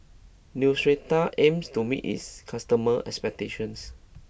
Neostrata aims to meet its customers' expectations